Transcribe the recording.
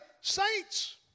saints